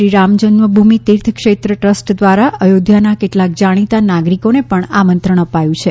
Shri Ram Janmabhoomi Teerth Kshetra trust દ્વારા અયોધ્યાના કેટલાક જાણીતા નાગરિકોને આમંત્રણ અપાયું છે